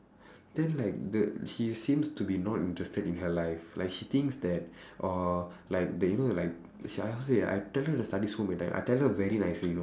then like the she seems to be not interested in her life like she thinks that orh like the you know the like shit I how to say I tell her to study so many time I tell her very nicely you know